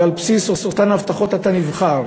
ועל בסיס אותן החלטות אתה נבחר.